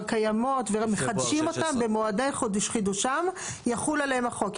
קיימות ומחדשים אותן במועדי חידושן יחול עליהן החוק.